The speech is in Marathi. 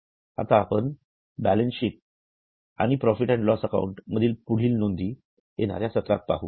आता आपण बॅलन्सशीट आणि प्रॉफिट अँड लॉस अकाउंट मधील पुढील नोंदी येणाऱ्या सत्रात पाहू